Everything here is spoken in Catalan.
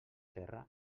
terra